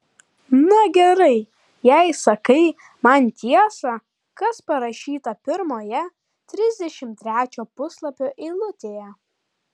na gerai jei sakai man tiesą kas parašyta pirmoje trisdešimt trečio puslapio eilutėje